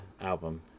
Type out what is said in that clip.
album